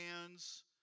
hands